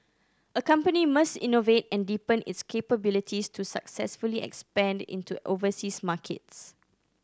a company must innovate and deepen its capabilities to successfully expand into overseas markets